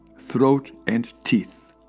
throat and teeth.